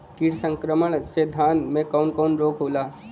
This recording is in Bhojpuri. कीट संक्रमण से धान में कवन कवन रोग होला?